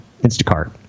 Instacart